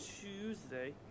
Tuesday